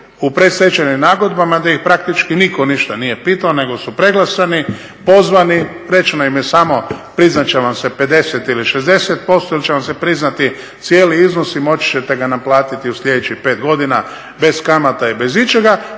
u predstečajnim nagodbama gdje ih praktički nitko ništa nije pitao nego su preglasani, pozvani. Rečeno im je samo priznat će vam se 50 ili 60% ili će vam se priznati cijeli iznos i moći ćete ga naplatiti u sljedećih 5 godina bez kamata i bez ičega.